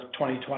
2020